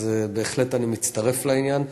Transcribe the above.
אז בהחלט אני מצטרף לעניין.